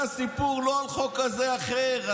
הרי הסיפור לא על חוק כזה או אחר.